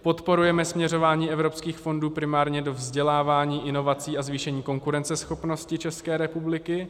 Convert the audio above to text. Podporujeme směřování evropských fondů primárně do vzdělávání, inovací a zvýšení konkurenceschopnosti České republiky.